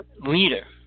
leader